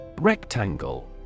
Rectangle